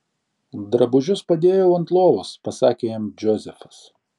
drabužius padėjau ant lovos pasakė jam džozefas